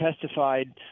testified